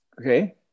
okay